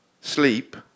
Sleep